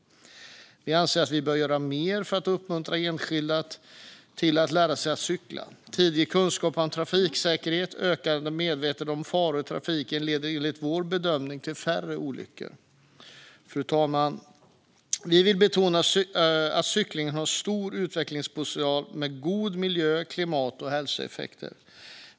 Vi anser att vi bör göra mer för att uppmuntra enskilda att lära sig att cykla. Tidig kunskap om trafiksäkerhet och ökad medvetenhet om faror i trafiken leder enligt vår bedömning till färre olyckor. Fru talman! Vi vill betona att cykling har en stor utvecklingspotential med goda miljö-, klimat och hälsoeffekter.